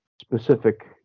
specific